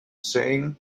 saying